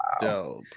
dope